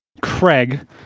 Craig